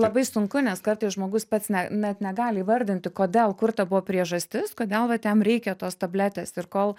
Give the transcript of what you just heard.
labai sunku nes kartais žmogus pats ne net negali įvardinti kodėl kur ta buvo priežastis kodėl vat jam reikia tos tabletės ir kol